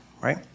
right